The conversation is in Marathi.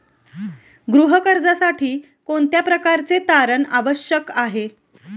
गृह कर्जासाठी कोणत्या प्रकारचे तारण आवश्यक आहे?